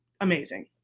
Amazing